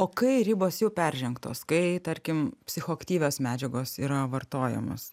o kai ribos jau peržengtos kai tarkim psichoaktyvios medžiagos yra vartojamos